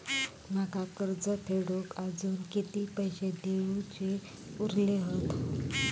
माका कर्ज फेडूक आजुन किती पैशे देऊचे उरले हत?